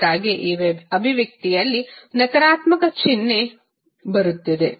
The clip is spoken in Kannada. ಅದಕ್ಕಾಗಿಯೇ ಈ ಅಭಿವ್ಯಕ್ತಿಯಲ್ಲಿ ನಕಾರಾತ್ಮಕ ಚಿಹ್ನೆ ಬರುತ್ತಿದೆ